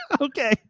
Okay